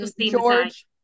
George